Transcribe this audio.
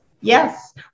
Yes